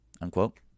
unquote